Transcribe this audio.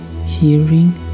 hearing